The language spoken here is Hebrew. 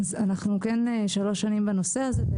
אנו שלוש שנים בנושא הזה,